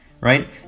right